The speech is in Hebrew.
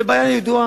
זו בעיה ידועה.